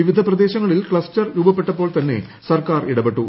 വിവിധ പ്രദേശങ്ങളിൽ ക്ലസ്റ്റർ രൂപപ്പെട്ടപ്പോൾ തന്നെ സർക്കാർ ഇടപെട്ടു